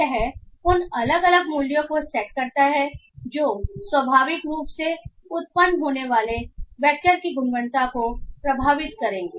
यह उन अलग अलग मूल्यों को सेट करता है जो स्वाभाविक रूप से उत्पन्न होने वाले वैक्टर की गुणवत्ता को प्रभावित करेंगे